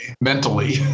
mentally